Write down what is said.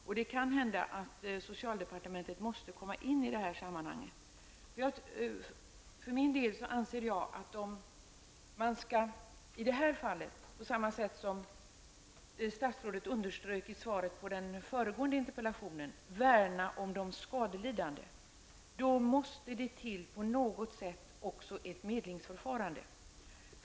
Det kan hända att socialdepartementet måste komma in i detta sammanhang. För min del anser jag att man i detta fall, på samma sätt som statsrådet underströk i svaret på föregående interpellation, måste värna om de skadelidande. Det måste då också till någon form av medlingsförfarande.